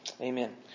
Amen